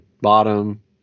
bottom